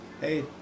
Hey